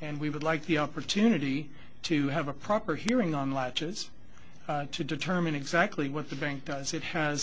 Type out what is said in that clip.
and we would like the opportunity to have a proper hearing on latches to determine exactly what the bank does it has